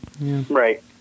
right